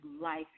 life